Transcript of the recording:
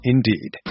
Indeed